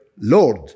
Lord